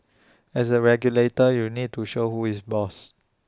as A regulator you need to show who is boss